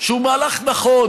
שהוא מהלך נכון,